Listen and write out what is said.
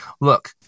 Look